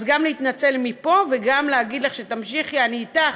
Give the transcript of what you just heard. אז גם להתנצל מפה, וגם להגיד לך שתמשיכי, אני אתך.